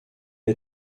est